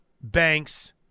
Banks